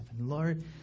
Lord